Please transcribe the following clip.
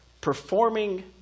Performing